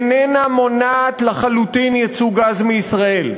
איננה מונעת לחלוטין ייצוא גז ישראלי,